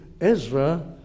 Ezra